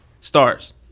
Starts